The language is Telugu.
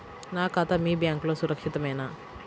నా ఖాతా మీ బ్యాంక్లో సురక్షితమేనా?